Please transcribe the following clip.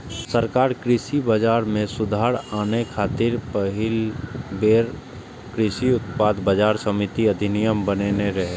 सरकार कृषि बाजार मे सुधार आने खातिर पहिल बेर कृषि उत्पाद बाजार समिति अधिनियम बनेने रहै